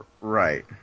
Right